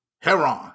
Heron